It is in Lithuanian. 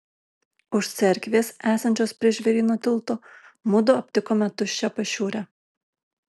už cerkvės esančios prie žvėryno tilto mudu aptikome tuščią pašiūrę